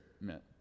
meant